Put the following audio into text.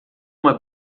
uma